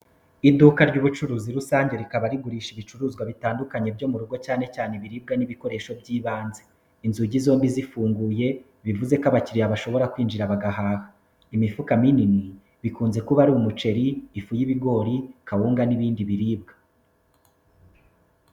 Iduka ry’ubucuruzi rusange rikaba rigurisha ibicuruzwa bitandukanye byo mu rugo cyane cyane ibiribwa n’ibikoresho by'ibanze. Inzugi zombi zifunguye, bivuze ko abakiriya bashobora kwinjira bagahaha. Imifuka minini bikunze kuba ari umuceri, ifu y’ibigori, kawunga, n’ibindi biribwa.